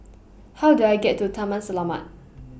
How Do I get to Taman Selamat